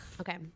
Okay